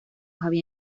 había